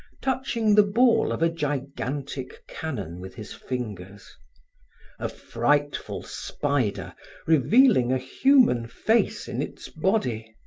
touching the ball of a gigantic cannon with his fingers a frightful spider revealing a human face in its body.